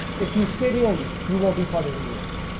if you fit in you won't be part of the new age.